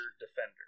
defender